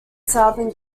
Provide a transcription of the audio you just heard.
southern